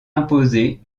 imposées